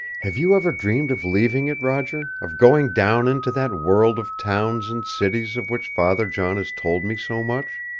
have you ever dreamed of leaving it, roger of going down into that world of towns and cities of which father john has told me so much?